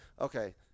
okay